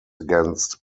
against